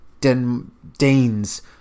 Danes